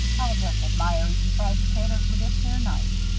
i'll just admire eatin' fried potatoes with this here knife.